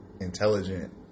intelligent